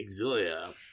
Exilia